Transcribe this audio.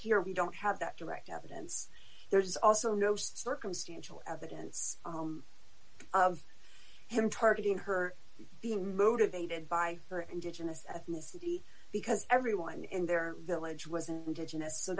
here we don't have that direct evidence there's also no circumstantial evidence of him targeting her being motivated by her indigenous ethnicity because everyone in their village w